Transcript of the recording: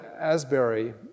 Asbury